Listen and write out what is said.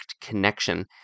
connection